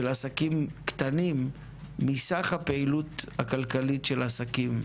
עסקים קטנים מסך הפעילות הכלכלית של עסקים,